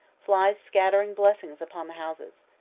flies scattering blessings upon the houses.